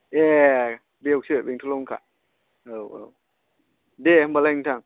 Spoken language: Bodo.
ए बेयावसो बेंथ'लावनोखा औ औ दे होनबालाय नोंथां